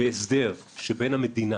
בהסדר שבין המדינה